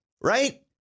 right